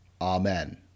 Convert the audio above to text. Amen